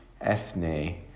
ethne